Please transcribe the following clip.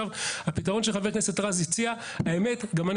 הפתרון שחה"כ רז הציע האמת היא שגם אני